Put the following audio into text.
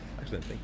excellent